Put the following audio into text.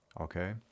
okay